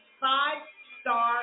five-star